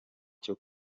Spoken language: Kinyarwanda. cyo